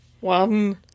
one